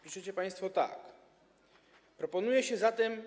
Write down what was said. Piszecie państwo tak: Proponuje się zatem.